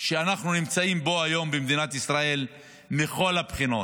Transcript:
שאנחנו נמצאים בו היום במדינת ישראל מכל הבחינות: